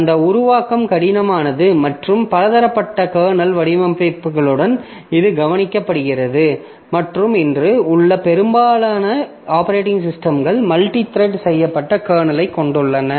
அந்த உருவாக்கம் கடினமானது மற்றும் பலதரப்பட்ட கர்னல் வடிவமைப்புகளுடன் இது கவனிக்கப்படுகிறது மற்றும் இன்று உள்ள பெரும்பாலான ஆப்பரேட்டிங் சிஸ்டம்கள் மல்டித்ரெட் செய்யப்பட்ட கர்னலைக் கொண்டுள்ளன